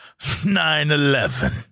9-11